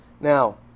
Now